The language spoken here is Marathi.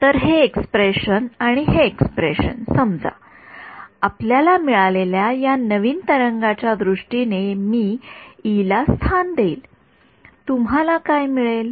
विद्यार्थी तर हे एक्स्प्रेशनआणि हे एक्स्प्रेशनसमजा आपल्याला मिळालेल्या या नव्या तरंगांच्या च्या दृष्टीने मी ई ला स्थान देईल आपल्याला काय मिळेल